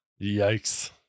Yikes